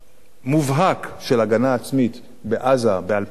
מובהק של הגנה עצמית בעזה ב-2008,